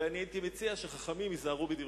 ואני הייתי מציע, חכמים היזהרו בדבריכם.